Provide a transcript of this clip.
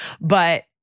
but-